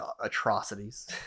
atrocities